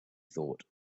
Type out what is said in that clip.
thought